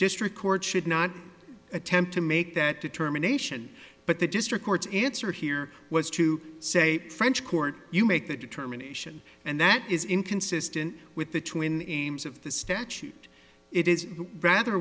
just record should not attempt to make that determination but the district court's answer here was to say french court you make that determination and that is inconsistent with the twin of the statute it is rather